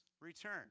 return